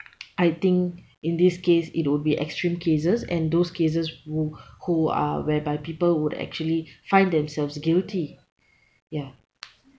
I think in this case it would be extreme cases and those cases who who are whereby people would actually find themselves guilty yeah